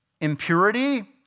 impurity